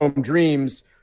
Dreams